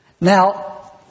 Now